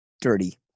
dirty